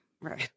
right